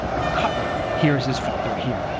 a cutler. here is his father here,